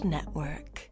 Network